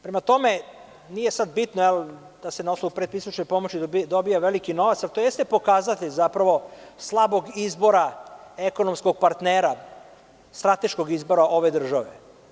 Prema tome, nije sad bitno da se na osnovu predpristupne pomoći dobije veliki novac, ali to jeste pokazatelj slabog izbora ekonomskog partnera, strateškog izbora ove države.